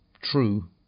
true